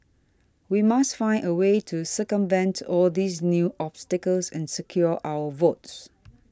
we must find a way to circumvent all these new obstacles and secure our votes